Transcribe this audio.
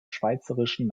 schweizerischen